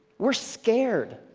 we're scared.